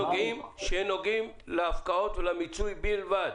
שנוגעים להפקעות ולמיצוי בלבד.